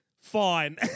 Fine